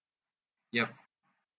ya